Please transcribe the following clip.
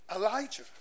Elijah